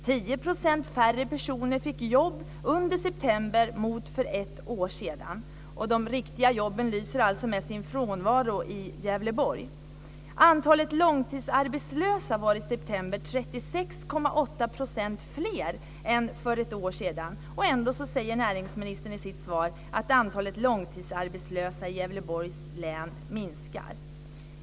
10 % färre personer fick jobb under september jämfört med för ett år sedan. De riktiga jobben lyser alltså med sin frånvaro i Gävleborg. fler än för ett år sedan. Ändå säger näringsministern i sitt svar att antalet långtidsarbetslösa i Gävleborgs län minskar.